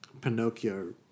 Pinocchio